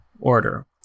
order